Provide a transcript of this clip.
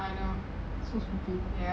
I know